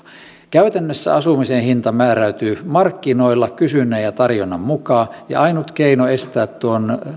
käytännössä asumisen hinta määräytyy markkinoilla kysynnän ja tarjonnan mukaan ja ainut keino estää